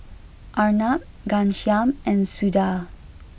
Arnab Ghanshyam and Suda